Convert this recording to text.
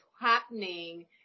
happening